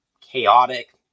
chaotic